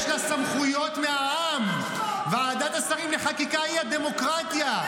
יש לה סמכויות מהעם; ועדת השרים לחקיקה היא הדמוקרטיה.